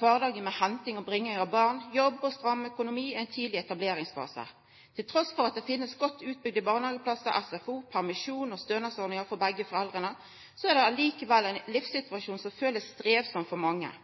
kvardagen, med henting og bringing av barn, jobb og stram økonomi i ein tidleg etableringsfase. Trass i at det finst godt utbygde barnehageplassar, SFO og permisjon og stønadsordningar for begge foreldra, er dette likevel ein livssituasjon som mange føler er strevsam. For